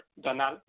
Donald